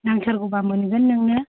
नांथारगौबा मोनगोन नोंनो